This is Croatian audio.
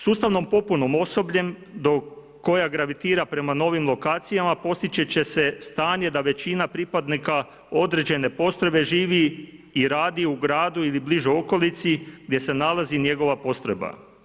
Sustavnom popunom osobljem koja gravitira prema novim lokacijama, postići će se stanje da većina pripadnika određene postrojbe živi i radi u gradu ili bližoj okolici gdje se nalazi njegova postrojba.